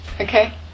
Okay